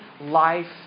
life